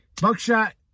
Buckshot